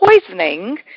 poisoning